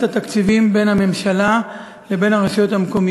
התשע"ד 2013, קריאה ראשונה.